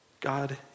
God